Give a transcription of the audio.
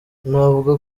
navuga